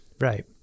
right